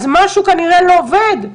אז משהו כנראה לא עובד.